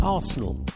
Arsenal